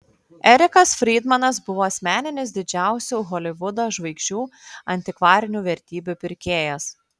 erikas frydmanas buvo asmeninis didžiausių holivudo žvaigždžių antikvarinių vertybių pirkėjas